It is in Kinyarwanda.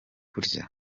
kurya